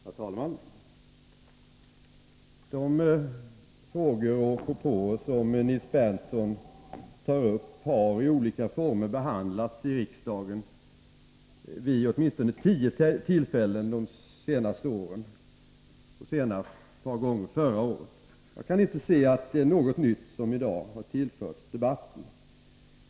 Herr talman! De frågor och propåer som Nils Berndtson tar upp har i olika former behandlats i riksdagen vid åtminstone tio tillfällen under de senaste åren, senast vid ett par tillfällen förra året. Jag kan inte se att något nytt i dag har tillförts debatten.